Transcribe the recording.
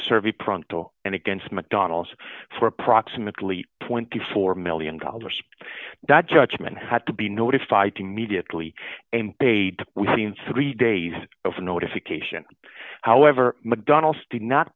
survey pronto and against mcdonald's for approximately twenty four million dollars that judgment had to be notified immediately and paid we seen three days of notification however mcdonald's did not